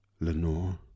Lenore